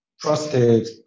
trusted